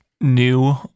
new